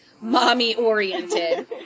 mommy-oriented